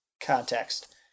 context